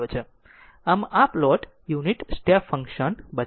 આમ આ plot unit step function બતાવશે